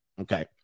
Okay